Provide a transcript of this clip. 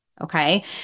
Okay